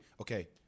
okay –